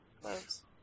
Close